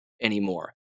anymore